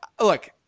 look